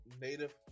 native